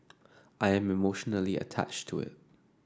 I am emotionally attached to it